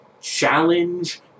challenge